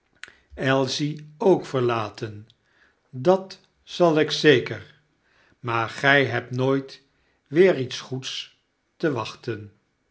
arme ailsie ook verlaten dat zal ik zeker maar gij hebt nooit weer iets goeds te wachten